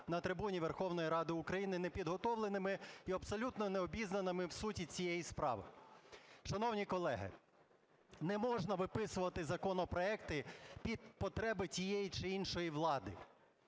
на трибуні Верховної Ради України – непідготовленими і абсолютно необізнаними в суті цієї справи. Шановні колеги, не можна виписувати законопроекти під потреби тієї чи іншої влади.